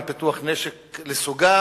על פיתוח נשק לסוגיו.